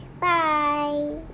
Bye